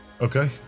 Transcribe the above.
Okay